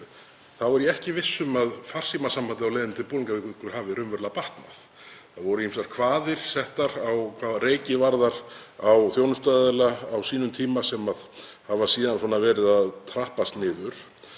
er ég ekki viss um að farsímasambandið á leiðinni til Bolungarvíkur hafi raunverulega batnað. Það voru ýmsar kvaðir settar hvað reiki varðar á þjónustuaðila á sínum tíma sem hafa síðan verið að trappast niður.